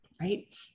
right